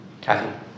Kathy